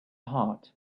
heart